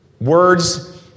Words